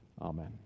Amen